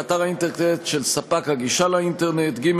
באתר האינטרנט של ספק הגישה לאינטרנט, ג.